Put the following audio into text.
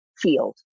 field